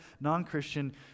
non-Christian